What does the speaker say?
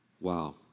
Wow